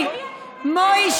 מה זה הדבר הזה?